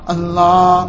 Allah